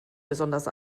besonders